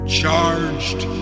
charged